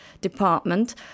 department